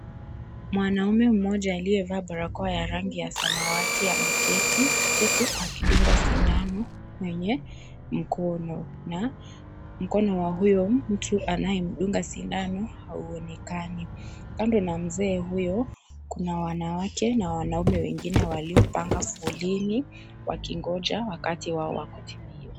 Mwanaume mmoja aliyevaa barakoa ya rangi ya samawati ,ameketi huku akidungwa sindano kwenye mkono na mkono wa huyo mtu anayemdunga sindano, hauonekani. Kando na mzee huyo, kuna wanawake na wanaume wengine waliopanga foleni, wakingoja wakati wao utimie.